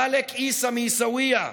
מאלכ עיסא מעיסאוויה,